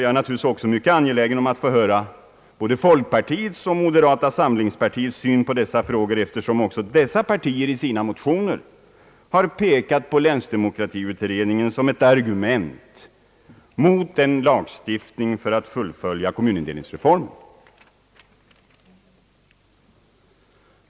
Jag är naturligtvis mycket angelägen att få höra folkpartiets och moderata samlingspartiets syn på dessa frågor, eftersom representanter för dessa partier i sina motioner pekat på länsdemokratiutredningen som ett argument mot en lagstiftning för att fullfölja kommunindelningsreformen.